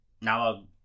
now